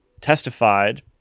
testified